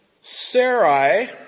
Sarai